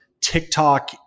TikTok